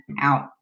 out